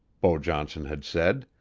beau johnson had said,